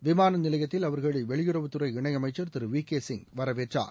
விமானநிலையத்தில் அவர்களை வெளியுறவுத்துறை இணையமைச்சர் திரு வி கே சிங் வரவேற்றார்